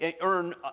earn